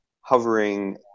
hovering